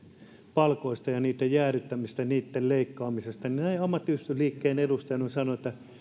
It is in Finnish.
palkoista niitten jäädyttämisestä ja niitten leikkaamisesta näin ammattiyhdistysliikkeen edustajana sanon että